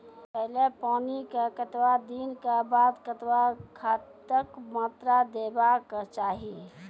पहिल पानिक कतबा दिनऽक बाद कतबा खादक मात्रा देबाक चाही?